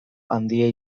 handia